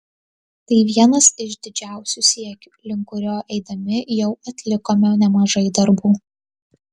tai vienas iš didžiausių siekių link kurio eidami jau atlikome nemažai darbų